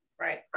Right